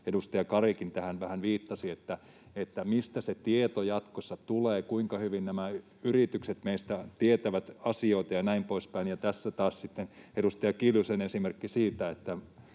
edustaja Karikin tähän vähän viittasi, että mistä se tieto jatkossa tulee, kuinka hyvin nämä yritykset meistä tietävät asioita ja näin poispäin. Ja tässä taas sitten edustaja Kiljusen esimerkki siitä,